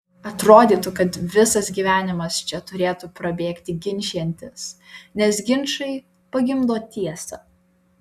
atrodytų kad visas gyvenimas čia turėtų prabėgti ginčijantis nes ginčai pagimdo tiesą